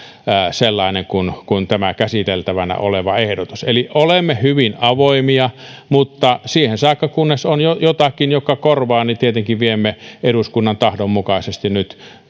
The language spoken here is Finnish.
sellainen kuin tämä käsiteltävänä oleva ehdotus eli olemme hyvin avoimia mutta siihen saakka kunnes on jotakin joka korvaa tietenkin viemme eduskunnan tahdon mukaisesti nyt